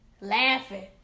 laughing